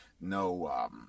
no